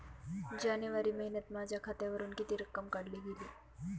जानेवारी महिन्यात माझ्या खात्यावरुन किती रक्कम काढली गेली?